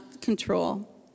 control